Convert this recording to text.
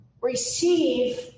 receive